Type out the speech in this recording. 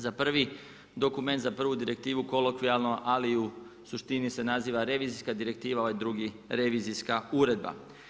Za prvi dokument, za prvu direktivnu, kolokvijalno, ali i u suštini se naziva revizijska direktivna, ovaj drugi revizijska uredba.